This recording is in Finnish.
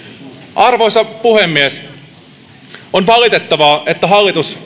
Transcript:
arvoisa puhemies on valitettavaa että hallitus